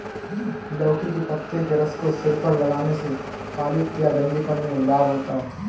लौकी के पत्ते के रस को सिर पर लगाने से खालित्य या गंजेपन में लाभ होता है